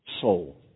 soul